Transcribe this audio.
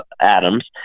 Adams